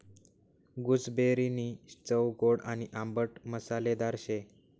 गूसबेरीनी चव गोड आणि आंबट मसालेदार शे